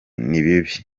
nibibi